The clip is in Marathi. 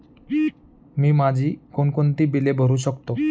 मी माझी कोणकोणती बिले भरू शकतो?